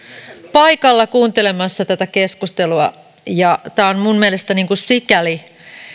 paikalla kuuntelemassa tätä keskustelua tämä on minun mielestäni sikäli